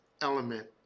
element